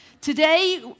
Today